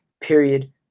period